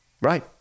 Right